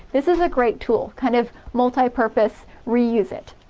this is a great tool kind of mufti-purpose, reuse it.